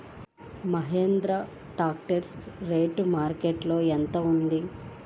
Mahindra tractor rate మార్కెట్లో యెంత ఉంటుంది?